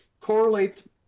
correlates